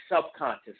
subconscious